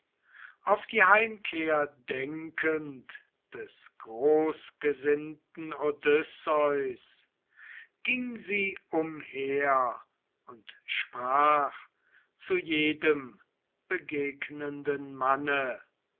auf die heimkehr denkend des großgesinnten odysseus ging sie umher und sprach zu jedem begegnenden manne